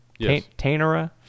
Tainera